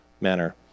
manner